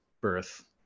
birth